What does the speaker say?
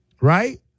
Right